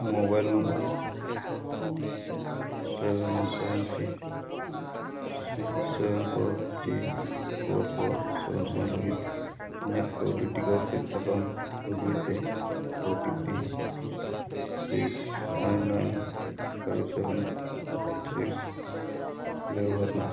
mobile number seven one seven three seven four three four four seven seven ᱞᱟᱹᱜᱤᱫ ᱤᱧᱟᱹᱜ ᱠᱟᱹᱣᱰᱤ ᱴᱤᱠᱟ ᱥᱤᱫ ᱥᱟᱠᱟᱢ ᱟᱹᱜᱩᱭ ᱛᱮ OTP six nine nine five seven six ᱵᱮᱵᱚᱦᱟᱨ ᱢᱮ